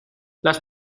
las